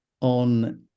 on